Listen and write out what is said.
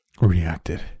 reacted